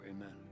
Amen